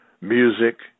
music